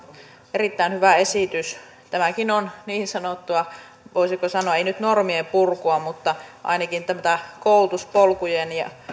erittäin hyvä esitys tämäkin on niin sanottua voisiko sanoa ei nyt normien purkua mutta ainakin koulutuspolkujen ja